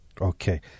Okay